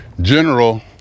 general